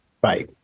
Bye